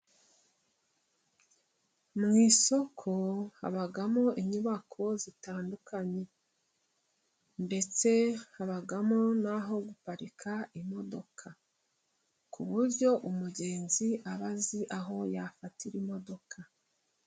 Mu isoko habamo, inyubako zitandukanye ndetse habamo n'aho guparika imodoka, ku buryo umugenzi aba azi aho yafatira imodoka.